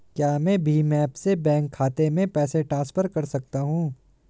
क्या मैं भीम ऐप से बैंक खाते में पैसे ट्रांसफर कर सकता हूँ?